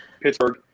Pittsburgh